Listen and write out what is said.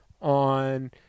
on